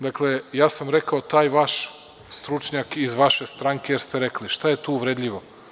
Dakle, ja sam rekao taj vaš stručnjak iz vaše stranke jer ste rekli, a šta je tu uvredljivo.